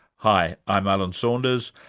hi, i'm alan saunders,